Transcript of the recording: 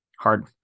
hard